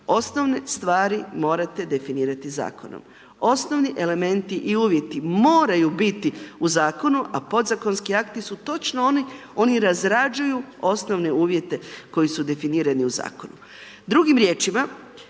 Osnovne stvari morate definirati Zakonom. Osnovni elementi i uvjeti moraju biti u Zakonu, a Podzakonski akti su točno oni, oni razrađuju osnovne uvjete koji su definirani u Zakonu.